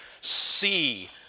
See